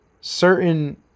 certain